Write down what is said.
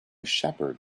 shepherd